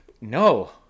No